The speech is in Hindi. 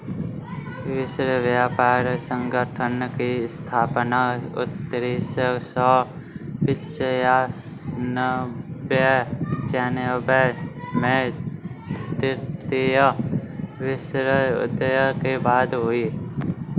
विश्व व्यापार संगठन की स्थापना उन्नीस सौ पिच्यानबें में द्वितीय विश्व युद्ध के बाद हुई